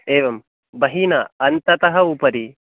एवं बहिः न अन्ततः उपरि